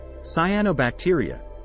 Cyanobacteria